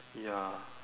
ya